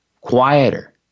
quieter